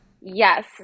Yes